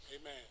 Amen